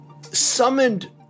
summoned